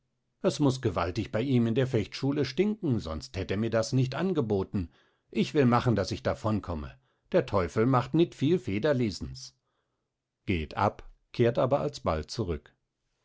es muß gewaltig bei ihm in der fechtschule stinken sonst hätt er mir das nicht angebotten ich will machen daß ich davonkomme der teufel macht nit viel federlesens geht ab kehrt aber alsbald zurück